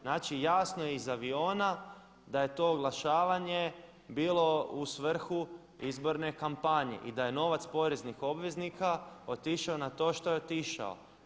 Znači, jasno je iz aviona da je to oglašavanje bilo u svrhu izborne kampanje i da je novac poreznih obveznika otišao na to što je otišao.